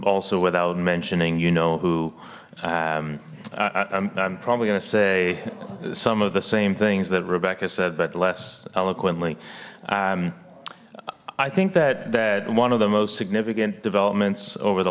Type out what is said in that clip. also without mentioning you know who i'm probably gonna say some of the same things that rebecca said but less eloquently i think that that one of the most significant developments over the